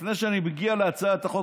לפני שאני מגיע להצעת החוק,